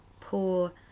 poor